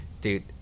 Dude